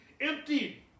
empty